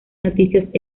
noticias